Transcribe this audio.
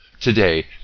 Today